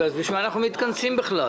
בשביל מה אנחנו מתכנסים בכלל?